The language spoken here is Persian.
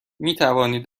میتوانید